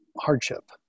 hardship